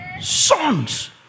sons